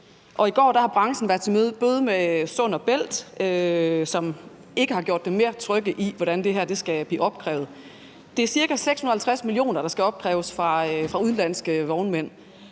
og i går var branchen til møde med bl.a. Sund & Bælt, som ikke har gjort dem mere trygge i, hvordan det her skal blive opkrævet. Det er ca. 650 mio. kr., der skal opkræves fra udenlandske vognmænd.